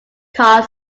carl